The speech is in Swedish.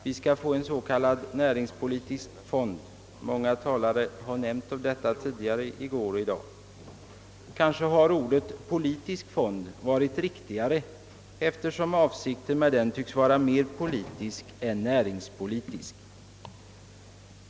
Vi skall få en s.k. näringspolitisk fond. Kanske hade ordet politisk fond varit riktigare, eftersom avsikten med den tycks vara mera politisk än näringspolitisk.